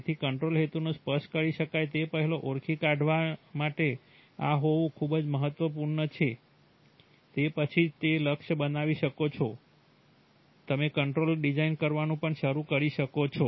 તેથી કંટ્રોલ હેતુઓ સ્પષ્ટ કરી શકાય તે પહેલાં ઓળખી કાઢવા માટે આ હોવું ખૂબ જ મહત્વપૂર્ણ છે તે પછી જ તમે લક્ષ્ય બનાવી શકો છો તમે કંટ્રોલર ડિઝાઇન કરવાનું પણ શરૂ કરી શકો છો